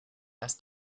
lass